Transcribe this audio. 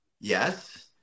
Yes